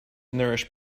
nourished